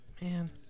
man